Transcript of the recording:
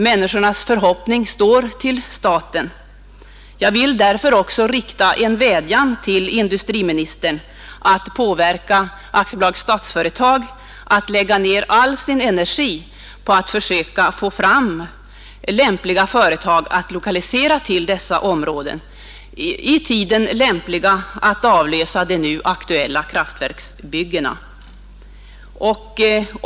Människornas förhoppningar står till staten. Jag vill därför också rikta en vädjan till industriministern att påverka AB Statsföretag att lägga ner all sin energi på att försöka få fram lämpliga företag att lokalisera till dessa områden vid sådan tidpunkt att de lämpligen kan avlösa de nu aktuella kraftverksbyggena.